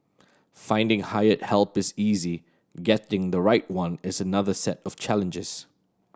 finding hired help is easy getting the right one is another set of challenges